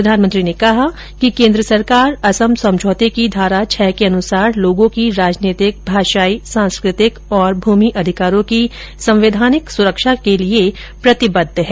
प्रधानमंत्री ने कहा कि केन्द्र सरकार असम समझौते की धारा छह के अनुसार लोगों की राजनीतिक भाषाई सांस्कृतिक और भूमि अधिकारों की संवैधानिक सुरक्षा देने के लिए प्रतिबद्ध है